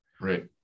Right